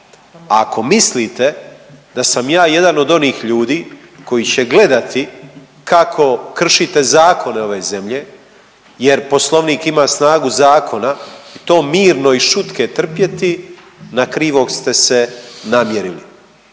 Ako mislite da sam ja jedan od onih ljudi koji će gledati kako kršite zakone ove zemlje, jer Poslovnik ima snagu zakona to mirno i šutke trpjeti na krivog ste se namjerili.